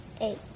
eight